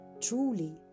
truly